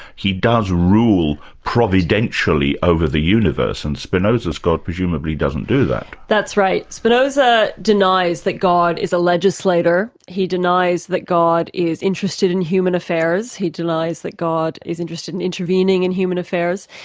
he does rule providentially over the universe and spinoza's god presumably doesn't do that. that's right. spinoza denies that god is a legislator, he denies that god is interested in human affairs, he denies that god is interested in intervening in human affairs.